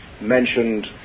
mentioned